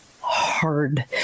hard